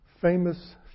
famous